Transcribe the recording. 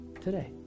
today